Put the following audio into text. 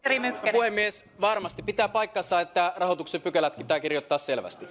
puhemies varmasti pitää paikkansa että rahoituksen pykälät pitää kirjoittaa selvästi